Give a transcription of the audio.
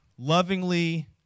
Lovingly